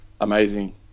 Amazing